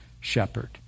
shepherd